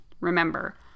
Remember